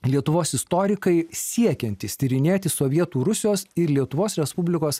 lietuvos istorikai siekiantys tyrinėti sovietų rusijos ir lietuvos respublikos